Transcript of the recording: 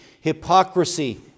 hypocrisy